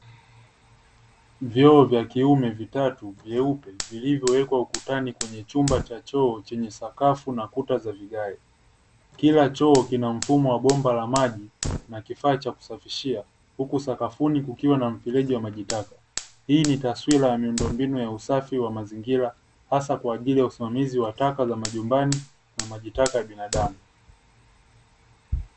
Vyoo vya kiume vitatu vyeupe vilivyowekwa ukutani kwenye chumba cha choo chenye sakafu na kuta za vigae. Kila choo kina mfumo wa bomba la maji na kifaa cha kusafishia huku sakafuni kukiwa na mfereji wa maji taka. Hii ni taswira ya miundombinu ya usafi wa mazingira hasa kwa ajili ya usimamizi wa taka za majumbani na majitaka ya binadamu.